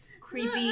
creepy